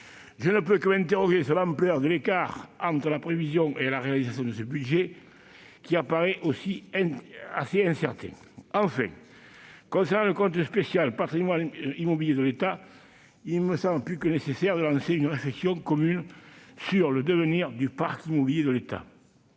Je ne puis que m'interroger sur l'ampleur de l'écart entre la prévision et la réalisation de ce budget, qui apparaît ainsi assez incertain. Je terminerai en évoquant le compte d'affectation spéciale « Gestion du patrimoine immobilier de l'État ». Il me semble plus que nécessaire de lancer une réflexion commune sur le devenir du parc immobilier de l'État.